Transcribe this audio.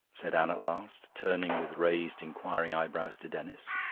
said anne at last, turning with raised inquiring eyebrows to denis.